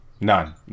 None